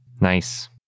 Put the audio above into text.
Nice